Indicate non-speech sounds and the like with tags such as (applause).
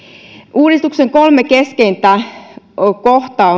uudistuksen kolme keskeisintä kohtaa (unintelligible)